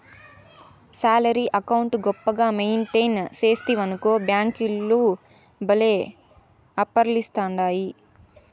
salary account గొప్పగా maintain సేస్తివనుకో బ్యేంకోల్లు భల్లే ఆపర్లిస్తాండాయి